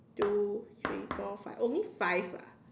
two three four five only five ah